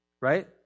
right